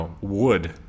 wood